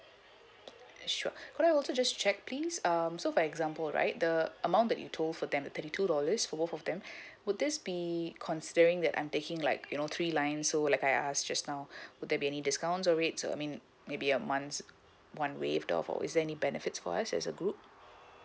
uh sure could I also just check please um so for example right the amount that you told for them the thirty two dollars for both of them would this be considering that I'm taking like you know three lines so like I ask just now would there be any discounts or rates or I mean maybe a month's one waived off or is there any benefits for us as a group